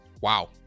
Wow